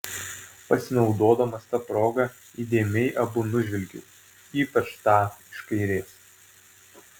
pasinaudodamas ta proga įdėmiai abu nužvelgiau ypač tą iš kairės